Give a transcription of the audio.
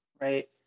Right